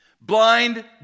Blind